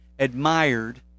Admired